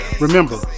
Remember